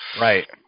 Right